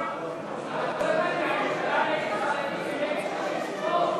המדינה (תיקוני חקיקה להשגת יעדי התקציב) (תיקון,